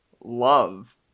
love